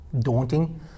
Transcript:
daunting